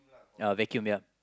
ya vacuum ya